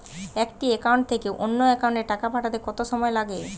একটি একাউন্ট থেকে অন্য একাউন্টে টাকা পাঠাতে কত সময় লাগে?